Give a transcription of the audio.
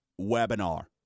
Webinar